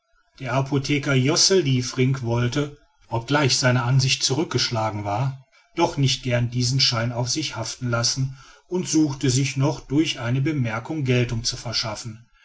der apotheker josse liefrink wollte obgleich seine ansicht zurückgeschlagen war doch nicht gern diesen schein auf sich haften lassen und suchte sich noch durch eine bemerkung geltung zu verschaffen